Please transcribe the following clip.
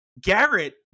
Garrett